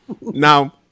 Now